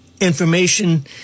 information